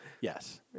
Yes